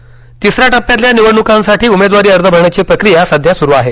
अर्ज दाखल तिसऱ्या टप्प्यातल्या निवडण्कांसाठी उमेदवारी अर्ज भरण्याची प्रक्रिया सध्या स्रू आहे